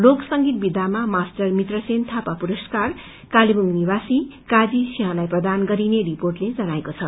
लोक संगीत विधामा मास्टर मित्र सेन थापा पुरस्कार कालेबुङ निववासी काजी सिंहलाई प्रदान गरिने रिपोेअले जनाएको छ